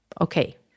okay